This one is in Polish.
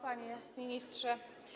Panie Ministrze!